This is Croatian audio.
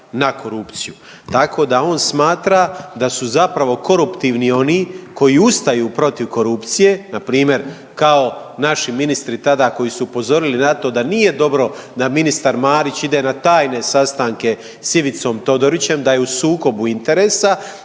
na korupciju. Tako da on smatra da su zapravo koruptivni oni koji ustaju protiv korupcije npr. kao naši ministri tada koji su upozorili na to da nije dobro da ministar Marić ide na tajne sastanke s Ivicom Todorićem, da je u sukobu interesa